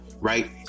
right